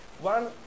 One